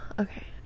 okay